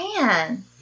Man